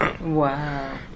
Wow